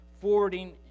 forwarding